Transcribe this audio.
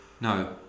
No